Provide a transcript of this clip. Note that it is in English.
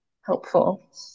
helpful